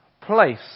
place